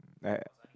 I